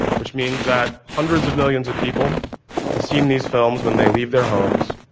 which means that hundreds of millions of people have seen these films when they leave their homes,